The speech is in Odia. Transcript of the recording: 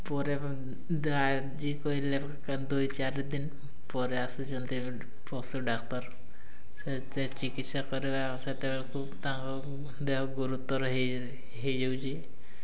ପରେ ଯିଏ କହିଲେ ଦୁଇ ଚାରି ଦିନ ପରେ ଆସୁଛନ୍ତି ପଶୁ ଡ଼ାକ୍ତର ସେତେ ଚିକିତ୍ସା କରିବା ସେତେବେଳକୁ ତାଙ୍କ ଦେହ ଗୁରୁତ୍ୱର ହେଇ ହେଇଯାଉଛି